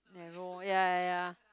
narrow ya ya ya